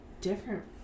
different